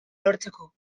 lortzeko